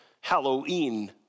Halloween